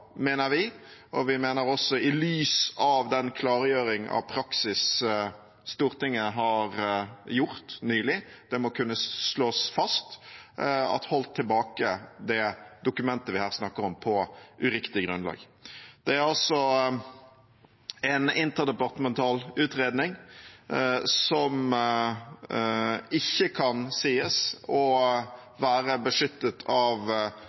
mener vi, og vi mener også i lys av den klargjøring av praksis Stortinget nylig har gjort, at det må kunne slås fast – har holdt tilbake det dokumentet vi her snakker om, på uriktig grunnlag. Det er altså en interdepartemental utredning som ikke kan sies å være beskyttet av